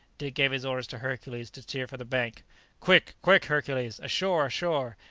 dick gave his order to hercules to steer for the bank quick, quick, hercules! ashore! ashore!